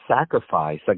sacrifice